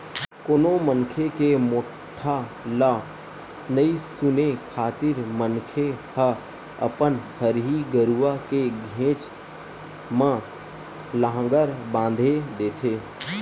कोनो मनखे के मोठ्ठा ल नइ सुने खातिर मनखे ह अपन हरही गरुवा के घेंच म लांहगर बांधे देथे